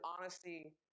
honesty